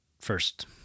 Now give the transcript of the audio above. first